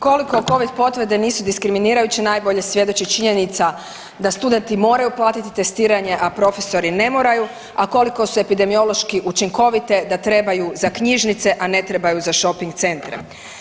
Koliko covid potvrde nisu diskriminirajuće najbolje svjedoči činjenica da studenti moraju platiti testiranje, a profesori ne moraju, a koliko su epidemiološki učinkovite da trebaju za knjižnice, a ne trebaju za šoping centre.